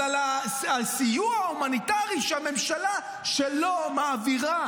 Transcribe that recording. אבל על סיוע הומניטרי שהממשלה שלו מעבירה,